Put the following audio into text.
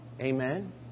Amen